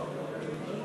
חברי חברי הכנסת,